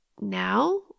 now